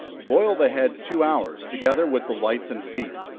boil the head two hours, together with the lights and feet.